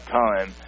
time